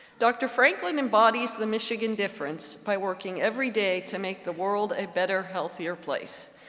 dr. franklin embodies the michigan difference by working every day to make the world a better healthier place.